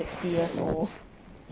sixty years old